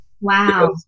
Wow